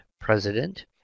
president